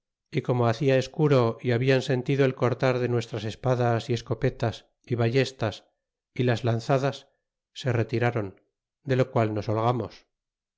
y como hacia escuro y hablan sentido el cortar de nuestras espadas y escopetas y ballestas y las lanzadas se retirron de lo qual nos holgamos y